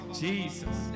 jesus